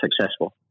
successful